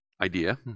idea